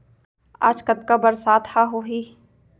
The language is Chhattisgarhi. आज कतका बरसात ह होही?